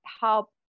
help